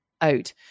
out